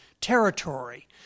territory